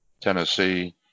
Tennessee